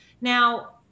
Now